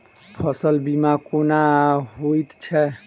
फसल बीमा कोना होइत छै?